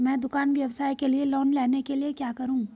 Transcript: मैं दुकान व्यवसाय के लिए लोंन लेने के लिए क्या करूं?